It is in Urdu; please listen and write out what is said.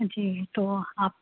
جی تو آپ